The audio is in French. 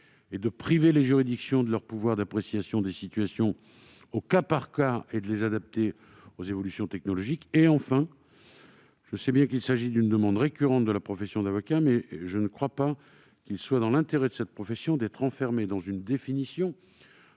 et de priver les juridictions de leur pouvoir d'appréciation des situations au cas par cas pour s'adapter aux évolutions technologiques. Enfin, je sais bien qu'il s'agit d'une demande récurrente de la profession d'avocat, mais je ne crois pas qu'il soit dans l'intérêt de cette profession d'être enfermée dans une définition